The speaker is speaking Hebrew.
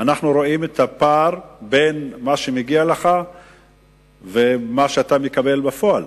אנחנו רואים את הפער בין מה שמגיע לך ומה שאתה מקבל בפועל.